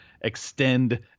extend